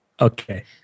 Okay